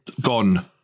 gone